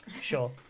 Sure